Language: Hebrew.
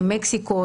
מקסיקו,